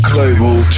Global